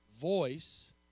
Voice